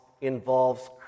involves